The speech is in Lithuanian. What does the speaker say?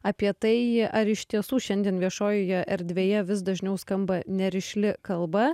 apie tai ar iš tiesų šiandien viešojoje erdvėje vis dažniau skamba nerišli kalba